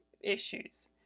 issues